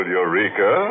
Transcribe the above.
Eureka